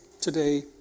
today